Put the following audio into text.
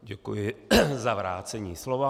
Děkuji za vrácení slova.